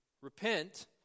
Repent